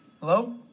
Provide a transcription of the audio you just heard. Hello